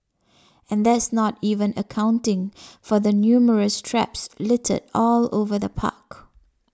and that's not even accounting for the numerous traps littered all over the park